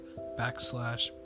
backslash